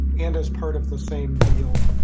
and as part of the same deal,